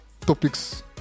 topics